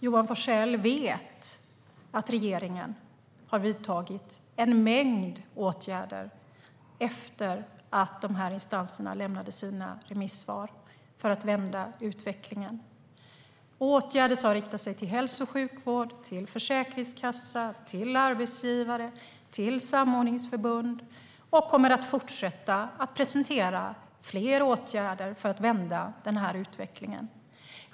Johan Forssell vet att regeringen har vidtagit en mängd åtgärder för att vända utvecklingen efter det att remissinstanserna lämnade sina svar. Det är åtgärder som har riktats till hälso och sjukvård, försäkringskassa, arbetsgivare och samordningsförbund, och vi kommer att presentera fler åtgärder för att vända utvecklingen.